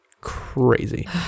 Crazy